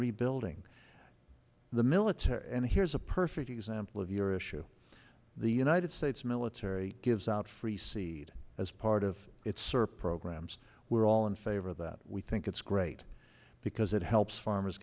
rebuilding the military and here's a perfect example of your issue the united states military gives out free seed as part of its sir programs we're all in favor that we think it's great because it helps farmers